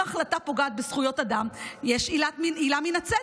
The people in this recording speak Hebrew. אם ההחלטה פוגעת בזכויות אדם, יש עילה מן הצדק.